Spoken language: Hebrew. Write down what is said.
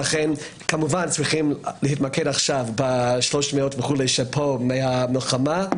לכן כמובן צריכים להתמקד עכשיו ב-300 וכו' מהמלחמה,